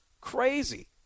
crazy